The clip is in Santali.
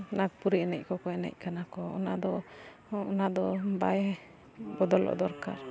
ᱱᱟᱜᱽᱯᱩᱨᱤ ᱮᱱᱮᱡ ᱠᱚᱠᱚ ᱮᱱᱮᱡ ᱠᱟᱱᱟ ᱠᱚ ᱚᱱᱟ ᱫᱚ ᱚᱱᱟ ᱫᱚ ᱵᱟᱭ ᱵᱚᱫᱚᱞᱚᱜ ᱫᱚᱨᱠᱟᱨ